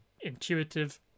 intuitive